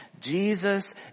Jesus